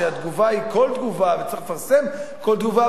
שהתגובה היא כל תגובה וצריך לפרסם כל תגובה,